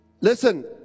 Listen